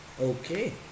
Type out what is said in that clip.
Okay